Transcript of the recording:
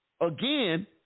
again